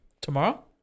Tomorrow